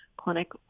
clinic